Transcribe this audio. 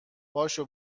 پاشو